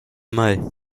mei